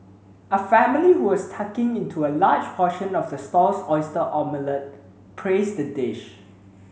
a family who was tucking into a large portion of the stall's oyster omelette praised the dish